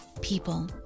people